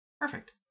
Perfect